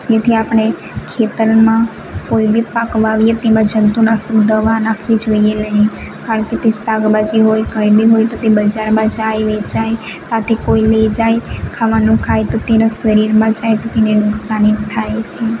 જેથી આપણે ખેતરમાં કોઈ બી પાક વાવીએ તેમાં જંતુનાશક દવા નાખવી જોઈએ નહીં કારણકે તે શાકભાજી હોય કંઈ બી હોય તો એ બજારમાં જાય વેચાય ત્યાંથી કોઈ લઈ જાય ખાવાનું ખાય તો તેના શરીરમાં જાય તો તેને નુકસાનીત થાય છે